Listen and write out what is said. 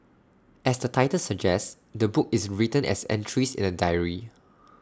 as the title suggests the book is written as entries in A diary